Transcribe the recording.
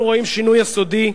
אנחנו רואים שינוי יסודי,